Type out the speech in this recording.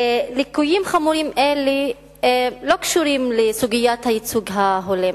ליקויים חמורים אלה לא קשורים לסוגיית הייצוג ההולם,